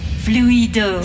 fluido